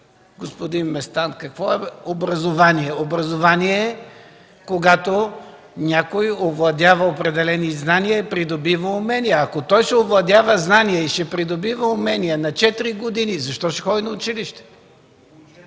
Господин Местан, какво е образование? Образование е, когато някой овладява определени знания и придобива умения. Ако той ще овладява знания и ще придобива умения на четири години, защо ще ходи на училище?